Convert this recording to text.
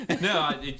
No